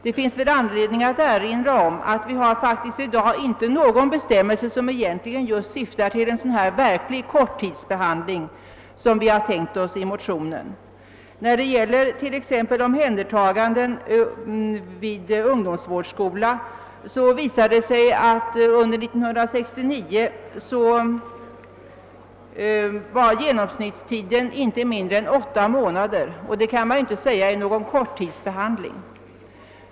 Det är anledning, erinra om att det i dag faktiskt inte finns någon bestämmelse som syftar tilk en verklig korttidsbehandling av den typ som föreslås i motionen. När det gäller t.ex. omhändertagande vid ungdomsvårdsskola visar det sig att under år 1969 var den genomsnittliga behandlingstiden inte mindre än åtta månader, och det kan man ju inte säga är någon korttidsbehandling.